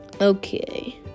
okay